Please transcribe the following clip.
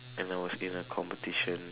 and I was in a competition